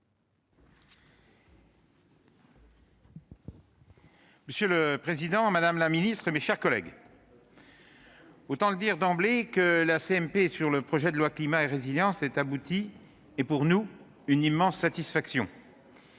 Monsieur le président, madame la ministre, mes chers collègues, autant le dire d'emblée : que la CMP sur le projet de loi Climat et résilience ait abouti est pour nous une immense satisfaction.